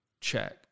check